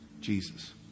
Jesus